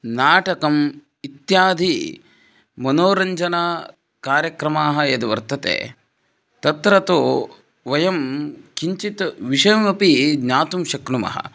नाटकम् इत्यादिमनोरञ्जनकार्यक्रमाः यद् वर्तन्ते तत्र तु वयं किञ्चित् विषयमपि ज्ञातुं शक्नुमः